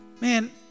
man